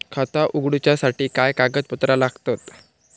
खाता उगडूच्यासाठी काय कागदपत्रा लागतत?